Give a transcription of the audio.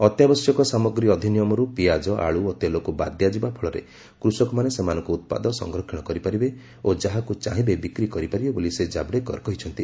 ଅତ୍ୟାବଶ୍ୟକ ସାମଗ୍ରୀ ଅଧିନିୟମରୁ ପିଆଜ ଆଳୁ ଓ ତେଲକୁ ବାଦ ଦିଆଯିବା ଫଳରେ କୃଷକମାନେ ସେମାନଙ୍କ ଉତ୍ପାଦ ସଂରକ୍ଷଣ କରିପାରିବେ ଓ ଯାହାକୁ ଚାହିଁବେ ବିକ୍ରି କରିପାରିବେ ବୋଲି ଶ୍ରୀ ଜାଭଡେକର କହିଛନ୍ତି